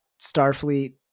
starfleet